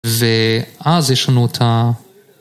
ואז יש לנו את ה...